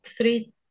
three